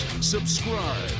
subscribe